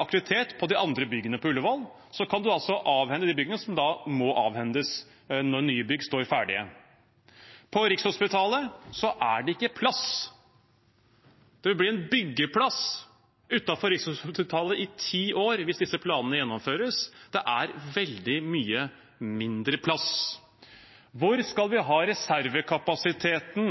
aktivitet i de andre byggene på Ullevål, og så kan man avhende de byggene som da må avhendes når nye bygg står ferdig. På Rikshospitalet er det ikke plass. Det vil bli en byggeplass utenfor Rikshospitalet i ti år hvis disse planene gjennomføres. Det er veldig mye mindre plass. Hvor skal vi ha